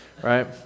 right